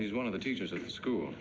he's one of the teachers at school